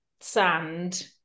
sand